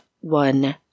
one